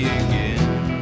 again